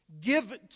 Give